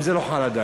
אם זה לא חל עדיין.